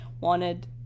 wanted